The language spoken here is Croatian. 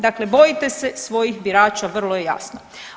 Dakle, bojite se svojih birača vrlo je jasno.